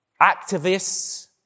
activists